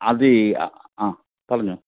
അതീ ആ പറഞ്ഞോ